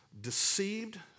deceived